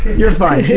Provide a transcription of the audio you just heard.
you're fine.